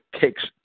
takes